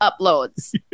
uploads